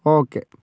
okay